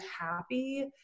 happy